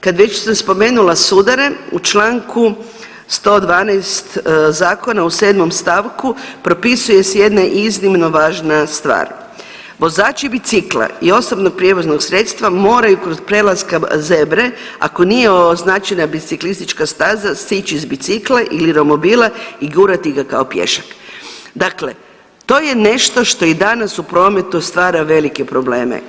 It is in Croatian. Kad već sam spomenula sudare u čl. 112. zakona u 7. stavku propisuje se jedna iznimno važna stvar, „vozači bicikla i osobnog prijevoznog sredstva moraju kod prelaska zebre ako nije označena biciklistička staza sići s bicikla ili romobila i gurati ga kao pješak“, dakle to je nešto što i danas u prometu stvara velike probleme.